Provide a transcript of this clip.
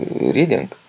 reading